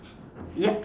yup